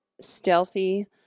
stealthy